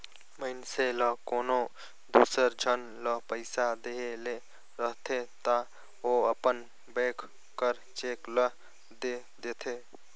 मइनसे ल कोनो दूसर झन ल पइसा देहे ले रहथे ता ओ अपन बेंक कर चेक ल दे देथे